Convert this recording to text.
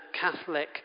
Catholic